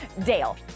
Dale